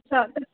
अच्छा